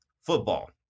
football